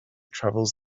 travels